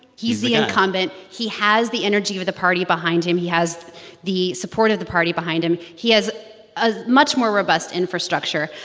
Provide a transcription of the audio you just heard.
he's the incumbent. he has the energy of of the party behind him. he has the support of the party behind him. he has a much more robust infrastructure.